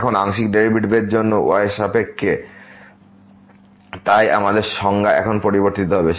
এখন আংশিক ডেরিভেটিভের জন্য y এর সাপেক্ষে তাই আমাদের সংজ্ঞা এখন পরিবর্তিত হবে